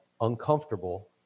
uncomfortable